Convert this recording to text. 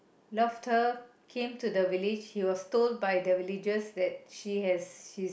loved her came to the village he was told by the villagers that she has she's